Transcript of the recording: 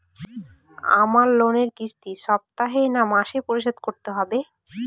আমার লোনের কিস্তি সপ্তাহে না মাসে পরিশোধ করতে হবে?